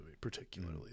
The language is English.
particularly